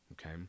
okay